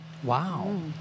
Wow